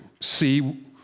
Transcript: see